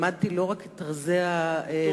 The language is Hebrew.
למדתי לא רק את רזי הפרלמנט,